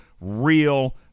real